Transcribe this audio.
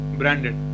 branded